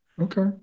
Okay